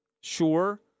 sure